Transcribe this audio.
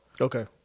Okay